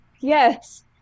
Yes